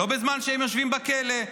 לא בזמן שהם יושבים בכלא,